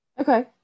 Okay